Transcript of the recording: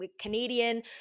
Canadian